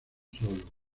solo